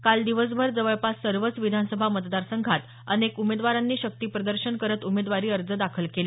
काल दिवसभर जवळपास सर्वच विधानसभा मतदारसंघात अनेक उमेदवारांनी शक्ती प्रदर्शन करत उमेदवारी अर्ज दाखल केले